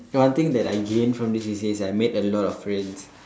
one thing that I gained from this C_C_A is that I made a lot of friends